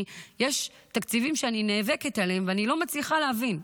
כי יש תקציבים שאני נאבקת עליהם ואני לא מצליחה להבין,